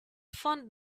fond